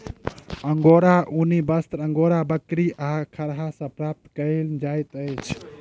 अंगोराक ऊनी वस्त्र अंगोरा बकरी आ खरहा सॅ प्राप्त कयल जाइत अछि